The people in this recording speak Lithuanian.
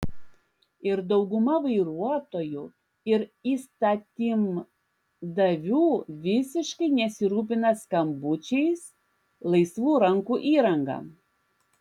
ir dauguma vairuotojų ir įstatymdavių visiškai nesirūpina skambučiais laisvų rankų įranga